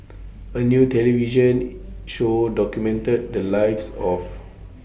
A New television Show documented The Lives of